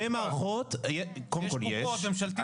קודם כל יש,